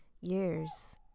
years